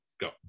go